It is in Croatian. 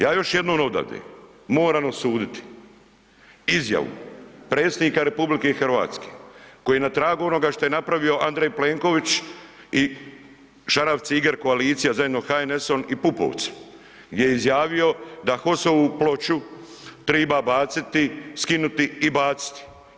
Ja još jednom odavde moram osuditi izjavu predsjednika RH koji je na tragu onoga što je napravio Andrej Plenković i šarafciger koalicija zajedno s HNS-om i Pupovcem gdje je izjavio da HOS-ovu ploču triba baciti, skinuti i baciti.